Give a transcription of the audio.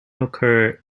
occur